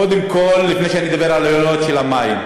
קודם כול, לפני שאני מדבר על העלויות של המים,